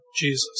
Jesus